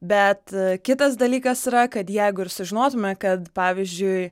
bet kitas dalykas yra kad jeigu ir sužinotume kad pavyzdžiui